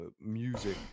music